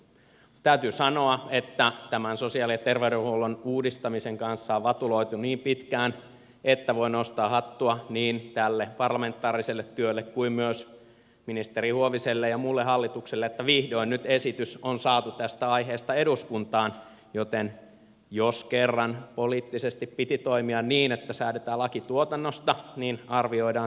täytyy sanoa että tämän sosiaali ja terveydenhuollon uudistamisen kanssa on vatuloitu niin pitkään että voin nostaa hattua niin tälle parlamentaariselle työlle kuin myös ministeri huoviselle ja muulle hallitukselle että vihdoin nyt esitys on saatu tästä aiheesta eduskuntaan joten jos kerran poliittisesti piti toimia niin että säädetään laki tuotannosta niin arvioidaan sitten sitä